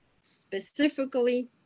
specifically